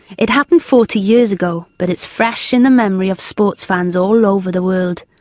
it happened forty years ago, but it's fresh in the memory of sports fans all over the world.